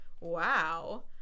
wow